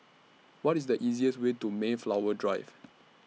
What IS The easiest Way to Mayflower Drive